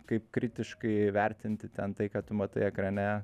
kaip kritiškai įvertinti ten tai ką tu matai ekrane